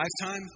lifetime